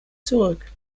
zurück